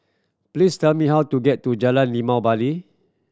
please tell me how to get to Jalan Limau Bali